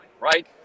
right